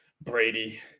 Brady